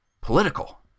political